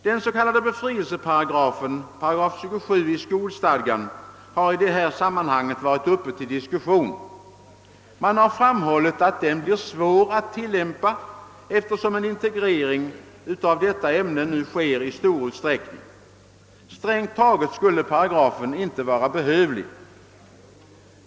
Den s.k. befrielseparagrafen, § 27 i skolstadgan, har i detta sammanhang varit uppe till diskussion. Man har framhållit att den blir svår att tillämpa, eftersom en integrering av detta ämne nu sker i stor utsträckning. Strängt taget skulle paragrafen inte vara behövlig.